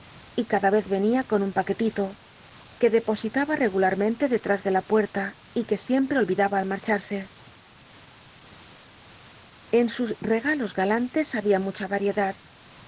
y cada rez yenia con un pa uetilo que depositaba regularmente letras ele la puerta y que siempre ohidaba al marcharse en sus regalos galantes había mucha ariedad una